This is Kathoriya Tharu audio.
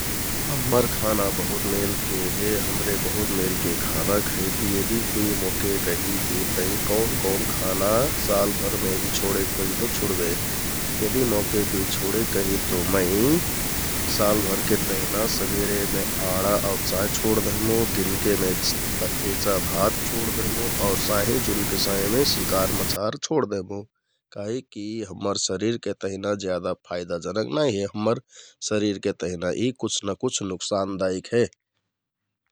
हम्मर खाना बहुत मेलके हे । हमरे बहुत मेलके खाना खैति यदि कुइ मोहके कहि कि तैं कौन कौन खाना सालभरमे यदि छोडेक परि तौ कौन खाना छुडबे? यदि कुइ छोडेक कहि तौ मैं सालभरके तेहना सबरेमे आँडा आउ चाह छोड दहमुँ । दिनके मै थेचा भात छोडदहमुँ आउर साँहिजुनके समयमे सिकार मछार छोड दहमुँ । काहिककि यि हम्मर शरिरके तहना जेदा फाइदाजनक नाइ हे । हम्मर शरिरके तहना यि कुछ नोक्सानदायिक हे ।